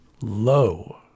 low